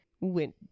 went